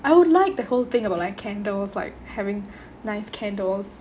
I would like the whole thing about like candles like having nice candles